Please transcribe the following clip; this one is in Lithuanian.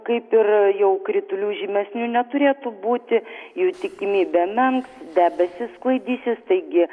kaip ir jau kritulių žymesnių neturėtų būti jų tikimybė menks debesys sklaidysis taigi